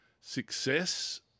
success